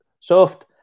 soft